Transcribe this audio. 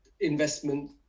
investment